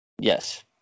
Yes